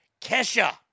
Kesha